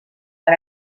per